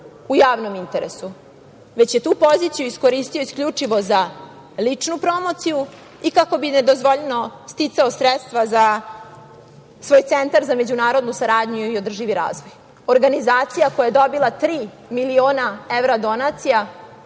u javnom interesu, već je tu poziciju iskoristio isključivo za ličnu promociju i kako bi nedozvoljeno sticao sredstva za svoj Centar za međunarodnu saradnju i održivi razvoj, organizacija koja je dobila tri miliona evra donacija,